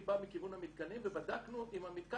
אני בא מכיוון המתקנים ובדקנו אם המתקן